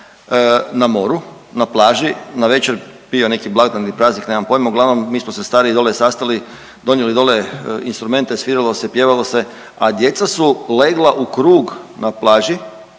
na moru, na plaži, navečer bio neki blagdan ili praznik nemam pojma. Uglavnom mi smo se stariji dole sastali, donijeli dole instrumente, sviralo se, pjevalo se a djeca su legla u krug na plaži